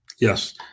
Yes